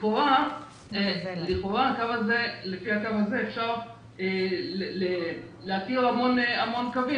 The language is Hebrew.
לכאורה לפי זה ניתן להתיר המון קווים